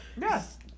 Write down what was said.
Yes